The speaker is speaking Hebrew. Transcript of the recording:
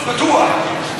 בטוח.